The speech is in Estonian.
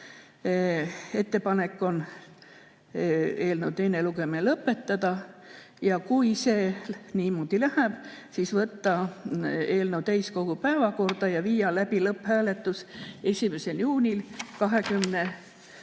Ettepanek on eelnõu teine lugemine lõpetada ja kui see niimoodi läheb, siis võtta eelnõu täiskogu päevakorda ja viia läbi lõpphääletus 1. juunil 2022.